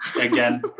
again